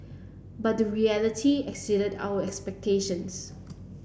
but the reality exceeded our expectations